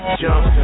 jump